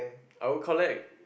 I will collect